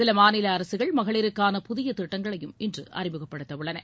சில மாநில அரசுகள் மகளிருக்கான புதிய திட்டங்களையும் இன்று அறிமுகப்படுத்தவுள்ளன